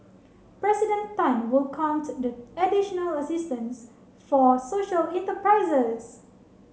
President Tan welcomed the additional assistance for social enterprises